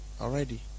already